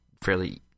fairly